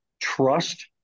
Trust